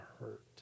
hurt